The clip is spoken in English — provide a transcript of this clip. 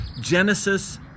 Genesis